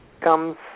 comes